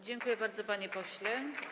Dziękuję bardzo, panie pośle.